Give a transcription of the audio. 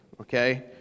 okay